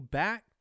back